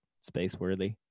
space-worthy